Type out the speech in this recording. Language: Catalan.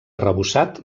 arrebossat